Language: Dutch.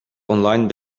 online